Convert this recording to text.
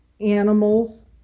animals